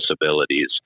disabilities